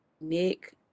Nick